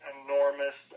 enormous